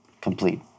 Complete